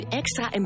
extra